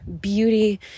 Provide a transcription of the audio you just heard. beauty